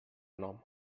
nom